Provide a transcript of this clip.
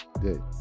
Good